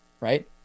right